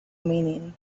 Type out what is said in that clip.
meaning